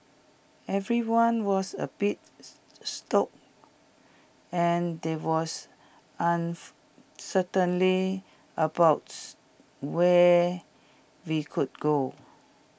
everyone was A bit stock and there was uncertainty where we could go